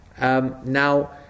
Now